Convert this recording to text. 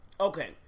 Okay